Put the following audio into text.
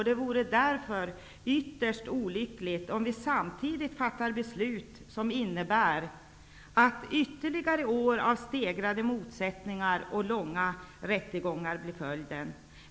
Det vore därför ytterst olyckligt om vi samtidigt fattar ett beslut som innebär ytterligare år av stegrade motsättningar och långvariga rättegångar.